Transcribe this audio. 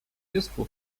useful